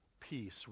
peace